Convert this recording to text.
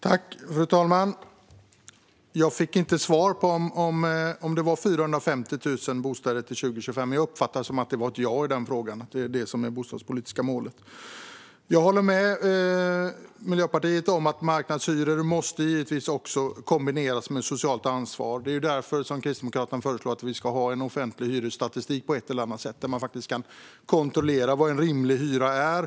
Fru talman! Jag fick inte svar på om det var 450 000 bostäder till 2025, men jag uppfattade att det är detta som är det bostadspolitiska målet. Jag håller med Miljöpartiet om att marknadshyror givetvis måste kombineras med socialt ansvar. Det är ju därför Kristdemokraterna föreslår att vi ska ha en offentlig hyresstatistik där man faktiskt kan kontrollera vad en rimlig hyra är.